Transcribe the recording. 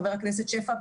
חבר הכנסת שפע,